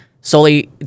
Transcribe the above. solely